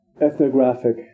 ethnographic